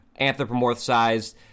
anthropomorphized